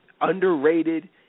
underrated